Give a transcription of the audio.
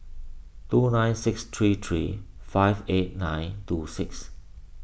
two nine six three three five eight nine two six